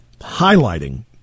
highlighting